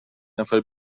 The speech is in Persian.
نفر